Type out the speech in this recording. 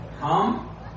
Come